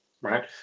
right